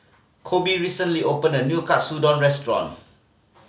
Koby recently opened a new Katsudon Restaurant